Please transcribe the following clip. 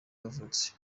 yavutse